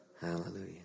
Hallelujah